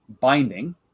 binding